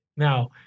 Now